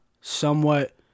somewhat